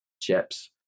chips